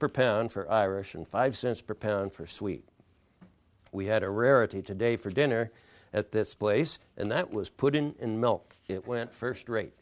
per pound for irish and five cents per pound for sweet we had a rarity today for dinner at this place and that was put in it went first rate